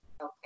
okay